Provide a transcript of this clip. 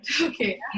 Okay